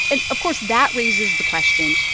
and, of course, that raises the question,